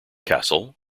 castle